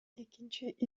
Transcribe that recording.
экинчи